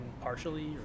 partially